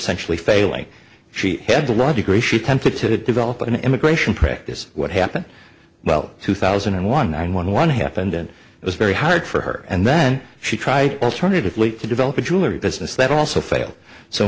century failing she had a law degree she attempted to develop an immigration practice what happened well two thousand and one nine one one happened and it was very hard for her and then she tried alternatively to develop a jewelry business that also failed so